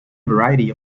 variety